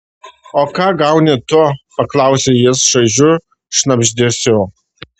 o ką gauni tu paklausė jis šaižiu šnabždesiu